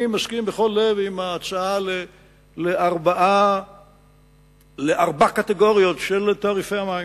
אני מסכים בכל לב עם ההצעה לארבע קטגוריות של תעריפי המים.